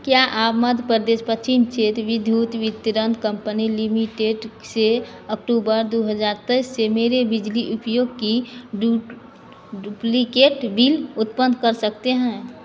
क्या आप मध्य प्रदेश पश्चिम क्षेत्र विद्युत वितरण कम्पनी लिमिटेड से अक्टूबर दो हज़ार तेईस से मेरे बिजली उपयोग की डुप डुप्लिकेट बिल उत्पन कर सकते हैं